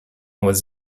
was